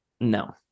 No